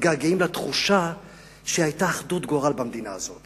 מתגעגעים לתחושה שהיתה אחדות גורל במדינה הזאת,